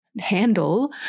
handle